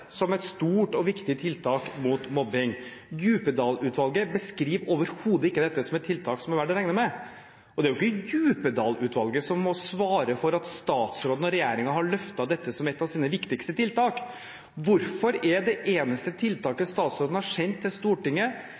som et stort og viktig tiltak mot mobbing. Djupedal-utvalget beskriver overhodet ikke dette som et tiltak som er verdt å regne med. Og det er jo ikke Djupedal-utvalget som må svare for at statsråden og regjeringen har løftet dette som et av sine viktigste tiltak. Hvorfor er det eneste tiltaket statsråden har sendt til Stortinget,